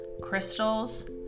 crystals